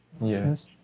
Yes